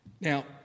Now